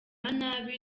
nabi